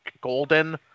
Golden